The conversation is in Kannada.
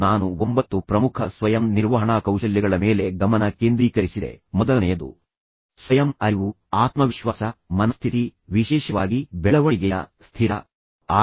ನಾನು ನಿಮ್ಮೊಂದಿಗೆ ಸಾಮಾನ್ಯವಾಗಿ ಸಂಘರ್ಷ ಪರಿಹಾರ ಕೌಶಲ್ಯಗಳು ಮತ್ತು ನೀವು ಮಾಡುವ ಪ್ರಕ್ರಿಯೆಯ ಬಗ್ಗೆಯೂ ಮಾತನಾಡಿದ್ದೇನೆ ಹಾಗು ನೀವು ಯಾವುದೇ ಸಂಘರ್ಷಗಳನ್ನು ಪರಿಹರಿಸಲು ಬಯಸಿದರೆ ಬಳಸುವಂತ ಕೌಶಲ್ಯಗಳ ಬಗ್ಗೆಯೂ ಮಾತನಾಡಿದ್ದೇನೆ